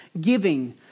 giving